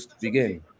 begin